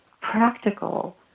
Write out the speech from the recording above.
practical